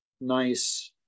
nice